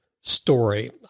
story